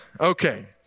Okay